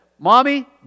Mommy